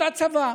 אותו צבא,